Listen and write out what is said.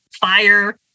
fire